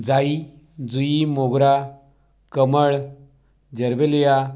जाई जुई मोगरा कमळ जरबेलिआ